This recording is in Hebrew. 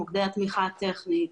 מוקדי התמיכה הטכנית